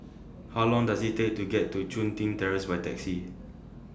How Long Does IT Take to get to Chun Tin Terrace By Taxi